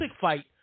fight